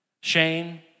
shame